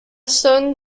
son